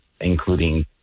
Including